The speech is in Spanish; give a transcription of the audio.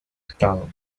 estado